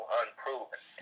unproven